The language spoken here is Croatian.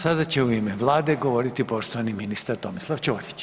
sada će u ime vlade govoriti poštovani ministar Tomislav Ćorić,